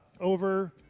over